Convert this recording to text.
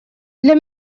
для